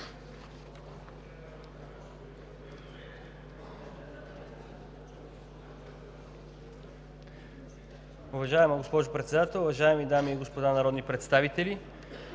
Уважаема госпожо Председател, уважаеми дами и господа народни представители!